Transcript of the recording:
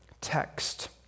text